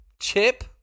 Chip